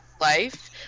life